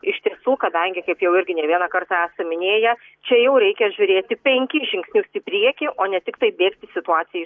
iš tiesų kadangi kaip jau irgi ne vieną kartą esam minėję čia jau reikia žiūrėti penkis žingsnius į priekį o ne tiktai bėgt į situaciją